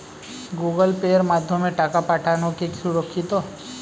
Google পের মাধ্যমে টাকা পাঠানোকে সুরক্ষিত?